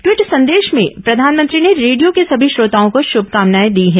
tweet संदेश में प्रधानमंत्री ने रेडियो के सभी श्रोताओं को श्रभकामनायें दी हैं